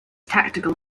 tactical